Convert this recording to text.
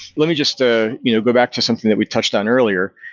let me just ah you know go back to something that we've touched on earlier,